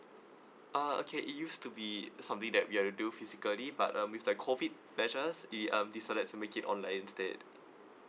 uh okay it used to be something that we will do physically but uh with the COVID measures we um decide to make it online instead